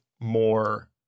more